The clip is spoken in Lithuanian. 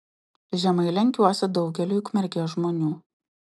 žemai lenkiuosi daugeliui ukmergės žmonių